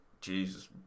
Jesus